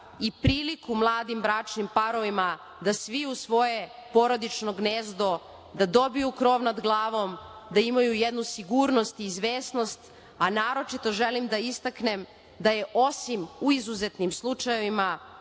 i priliku mladim bračnim parovima da sviju svoje porodično gnezdo, da dobiju krov nad glavom, da imaju jednu sigurnost i izvesnost, a naročito želim da istaknem da je osim u izuzetnim slučajevima